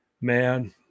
man